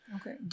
okay